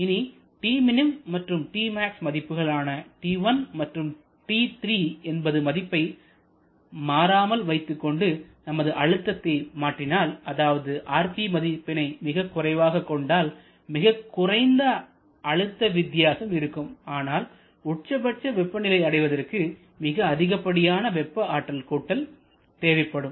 இனி Tmin மற்றும் Tmax மதிப்புகள் ஆன T1 மற்றும் T3 என்பது மதிப்பை மாறாமல் வைத்துக் கொண்டு நமது அழுத்தத்தை மாற்றினால்அதாவது rp மதிப்பினை மிகக்குறைவாக கொண்டால் மிகக் குறைந்த அழுத்த வித்தியாசம் இருக்கும் மேலும் உச்ச பட்ச வெப்ப நிலையை அடைவதற்கு மிக அதிகப்படியான வெப்ப ஆற்றல் கூட்டல் தேவைப்படும்